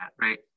Right